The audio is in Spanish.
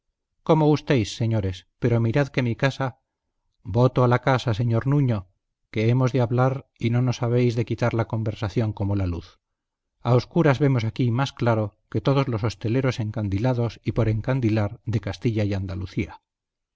pecheros como gustéis señores pero mirad que mi casa voto a la casa señor nuño que hemos de hablar y no nos habéis de quitar la conversación como la luz a oscuras vemos aquí más claro que todos los hosteleros encandilados y por encandilar de castilla y andalucía